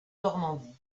normandie